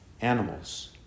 Animals